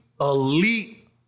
elite